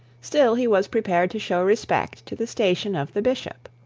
still he was prepared to show respect to the station of the bishop.